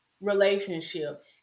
relationship